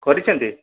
କରିଛନ୍ତି